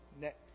next